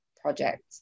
project